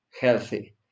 healthy